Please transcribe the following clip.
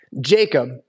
Jacob